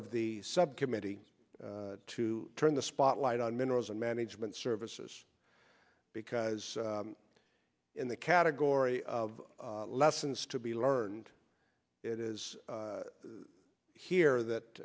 of the subcommittee to turn the spotlight on minerals and management services because in the category of lessons to be learned it is here that